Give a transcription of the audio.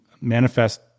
manifest